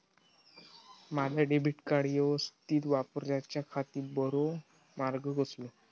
माजा debit card यवस्तीत वापराच्याखाती बरो मार्ग कसलो?